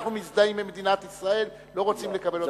אנחנו מזדהים עם מדינת ישראל ולא רוצים לקבל אותנו.